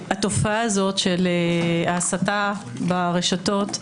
התופעה הזאת של ההסתה ברשתות,